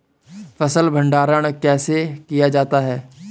फ़सल भंडारण कैसे किया जाता है?